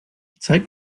zeig